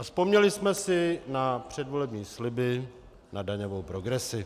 Vzpomněli jsme si na předvolební sliby, na daňovou progresi.